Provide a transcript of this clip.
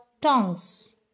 tongs